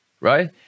right